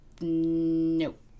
Nope